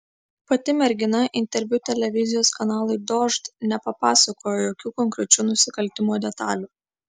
pati mergina interviu televizijos kanalui dožd nepapasakojo jokių konkrečių nusikaltimo detalių